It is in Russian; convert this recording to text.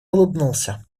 улыбнулся